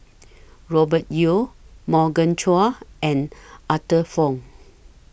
Robert Yeo Morgan Chua and Arthur Fong